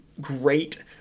great